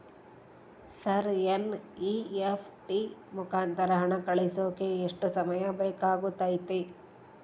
Sir NEFT ಮುಖಾಂತರ ಹಣ ಕಳಿಸೋಕೆ ಎಷ್ಟು ಸಮಯ ಬೇಕಾಗುತೈತಿ?